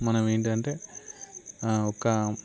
మనము ఏంటి అంటే ఒక